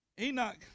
Enoch